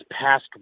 past